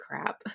crap